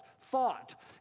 thought